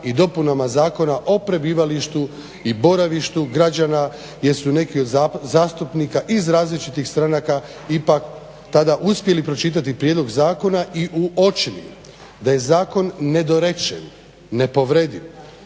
i dopunama Zakona o prebivalištu i boravištu građana jer su neki od zastupnika iz različitih stranaka ipak tada uspjeli pročitati prijedlog zakona i uočili da je zakon nedorečen, nepovrediv